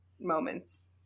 moments